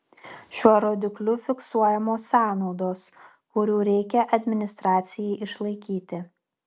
šiuo rodikliu fiksuojamos sąnaudos kurių reikia administracijai išlaikyti